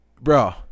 bro